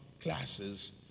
classes